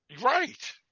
right